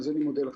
אני מודה לכם.